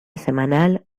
semanal